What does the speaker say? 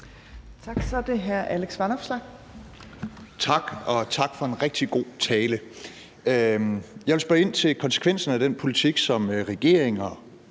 Kl. 14:34 Alex Vanopslagh (LA): Tak, og tak for en rigtig god tale. Jeg vil spørge ind til konsekvenserne af den politik, som regeringen,